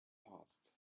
passed